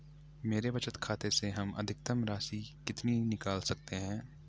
मेरे बचत खाते से हम अधिकतम राशि कितनी निकाल सकते हैं?